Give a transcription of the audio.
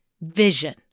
vision